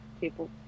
people